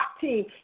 team